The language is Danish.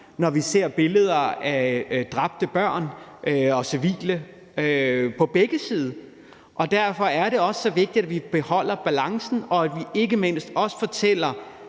når vi ser billeder af dræbte børn og civile på begge sider. Derfor er det også så vigtigt, at vi beholder balancen, og at vi ikke mindst også fortæller